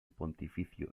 pontificio